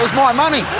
um ah money!